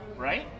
Right